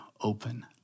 open